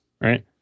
Right